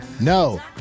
No